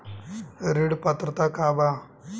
ऋण पात्रता का बा?